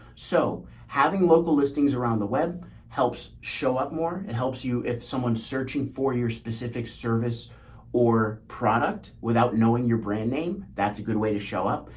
so having local listings around the web helps show up more. it helps you if someone's searching for your specific service or product without knowing your brand name. that's a good way to show up.